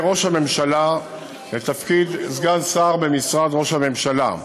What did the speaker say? ראש הממשלה לתפקיד סגן שר במשרד ראש הממשלה.